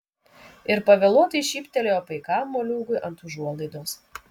ir pavėluotai šyptelėjo paikam moliūgui ant užuolaidos